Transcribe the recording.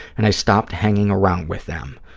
and i stopped hanging around with them.